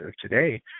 today